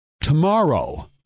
tomorrow